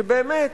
שבאמת,